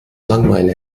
langeweile